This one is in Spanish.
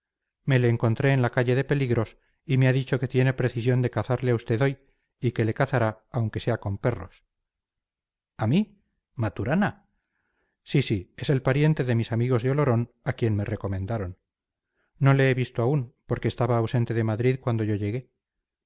me le encontré en la calle de peligros y me ha dicho que tiene precisión de cazarle a usted hoy y que le cazará aunque sea con perros a mí maturana sí sí es el pariente de mis amigos de olorón a quien me recomendaron no le he visto aún porque estaba ausente de madrid cuando yo llegué